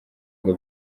ngo